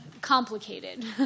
complicated